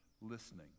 listening